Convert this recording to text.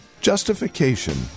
justification